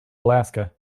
alaska